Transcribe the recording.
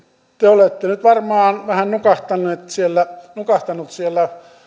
te olette varmaan vähän nukahtanut siellä nukahtanut siellä